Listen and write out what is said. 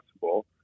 possible